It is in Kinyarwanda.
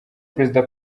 perezida